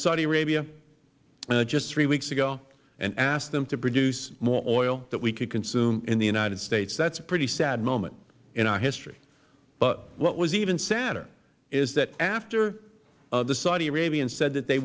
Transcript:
saudi arabia just three weeks ago and asked them to produce more oil that we could consume in the united states that is a pretty sad moment in our history but what was even sadder is that after the saudi arabians said that they